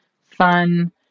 fun